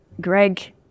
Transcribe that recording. Greg